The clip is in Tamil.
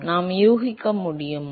நாம் யூகிக்க முடியுமா